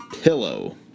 Pillow